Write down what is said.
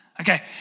Okay